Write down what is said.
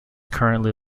currently